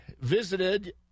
visited